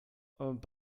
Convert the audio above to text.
but